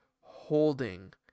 Holding